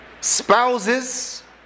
spouses